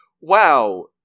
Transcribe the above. wow